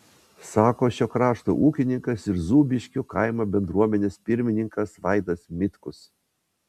sako šio krašto ūkininkas ir zūbiškių kaimo bendruomenės pirmininkas vaidas mitkus